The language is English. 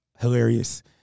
hilarious